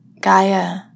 Gaia